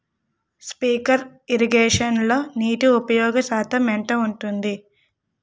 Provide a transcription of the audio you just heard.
Sprinkler ఇరగేషన్లో నీటి ఉపయోగ శాతం ఎంత ఉంటుంది?